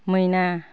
मैना